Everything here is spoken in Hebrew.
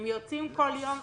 הם יוצאים כל יום וחוזרים.